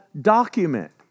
document